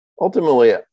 Ultimately